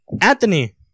Anthony